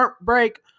break